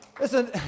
listen